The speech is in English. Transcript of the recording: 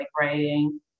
writing